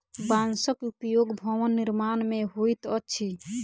बांसक उपयोग भवन निर्माण मे होइत अछि